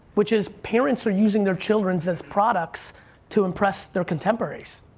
which is parents are using their children as products to impress their contemporaries.